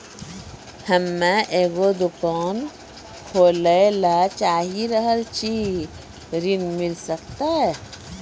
हम्मे एगो दुकान खोले ला चाही रहल छी ऋण मिल सकत?